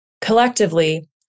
collectively